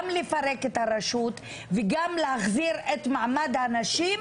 גם לפרק את הרשות וגם להחזיר את מעמד הנשים